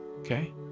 Okay